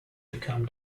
become